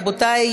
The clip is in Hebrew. רבותי,